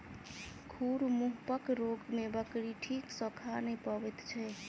खुर मुँहपक रोग मे बकरी ठीक सॅ खा नै पबैत छै